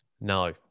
No